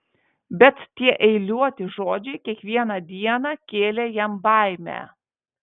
bet tie eiliuoti žodžiai kiekvieną dieną kėlė jam baimę